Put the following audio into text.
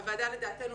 הוועדה לדעתנו,